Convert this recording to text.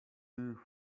you